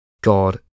God